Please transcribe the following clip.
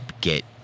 get